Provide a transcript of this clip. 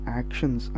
actions